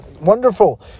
Wonderful